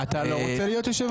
אתה לא רוצה להיות יושב-ראש הכנסת?